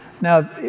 Now